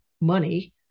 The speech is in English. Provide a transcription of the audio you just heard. money